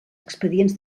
expedients